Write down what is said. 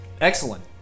Excellent